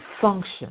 function